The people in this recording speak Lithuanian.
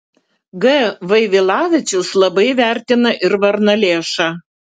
g vaivilavičius labai vertina ir varnalėšą